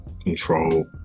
control